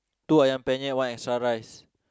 two Ayam-Penyet one extra rice